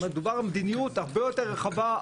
מדובר על מדיניות הרבה יותר רחבה,